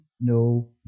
no